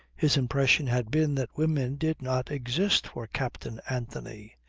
his impression had been that women did not exist for captain anthony.